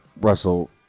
Russell